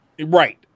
right